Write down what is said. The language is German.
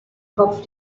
kopf